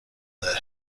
there